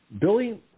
Billy